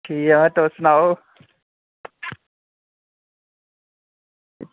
ठीक ऐ तुस सनाओ